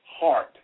heart